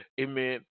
amen